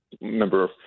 member